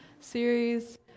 series